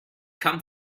come